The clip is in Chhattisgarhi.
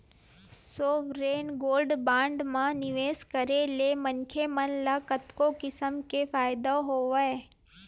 सॉवरेन गोल्ड बांड म निवेस करे ले मनखे मन ल कतको किसम के फायदा हवय